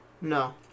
No